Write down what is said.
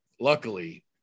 luckily